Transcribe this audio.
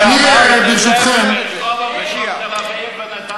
יש ארבעה בתי-ספר,